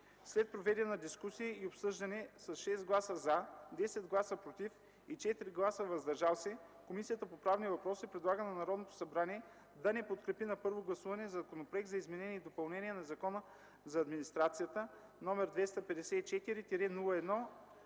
След проведената дискусия и обсъждане с 6 гласа „за”, 10 гласа „против” и 4 гласа „въздържали се” Комисията по правни въпроси предлага на Народното събрание да не подкрепи на първо гласуване Законопроект за изменение и допълнение на Закона за администрацията, № 254-01-2,